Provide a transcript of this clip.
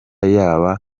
yaba